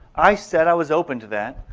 i said i was open to that.